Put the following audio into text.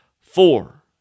Four